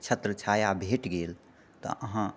छत्रछाया भेट गेल तऽ अहाँ